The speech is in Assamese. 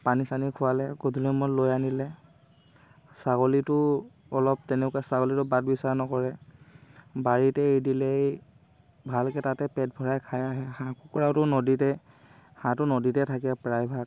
পানী চানী খোৱালে গধূলি সময়ত লৈ আনিলে ছাগলীটো অলপ তেনেকুৱা ছাগলীটো বাচ বিচাৰ নকৰে বাৰীতে এৰি দিলেই ভালকে তাতে পেট ভৰাই খাই আহে হাঁহ কুকুৰাটো নদীতে হাঁহটো নদীতে থাকে প্ৰায় ভাগ